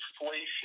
inflation